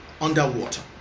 underwater